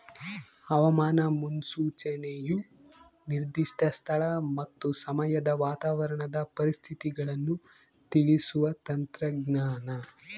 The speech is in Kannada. ಹವಾಮಾನ ಮುನ್ಸೂಚನೆಯು ನಿರ್ದಿಷ್ಟ ಸ್ಥಳ ಮತ್ತು ಸಮಯದ ವಾತಾವರಣದ ಪರಿಸ್ಥಿತಿಗಳನ್ನು ತಿಳಿಸುವ ತಂತ್ರಜ್ಞಾನ